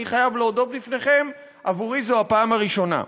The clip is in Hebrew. אני חייב להודות בפניכם, עבורי זו הפעם הראשונה.